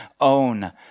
own